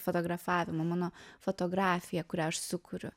fotografavimą mano fotografiją kurią aš sukuriu